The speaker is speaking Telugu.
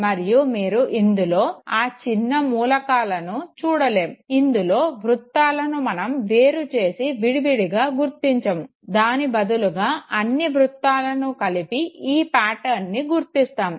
మరియు మీరు ఇందులో ఆ చిన్న మూలకాలను చూడలేము ఇందులో వృత్తాలను మనం వేరు చేసి విడివిడిగా గుర్తించము దాని బదులుగా అన్నీ వృత్తాలను కలిపి ఈ పాటర్న్ని గుర్తిస్తాము